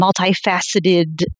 multi-faceted